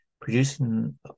producing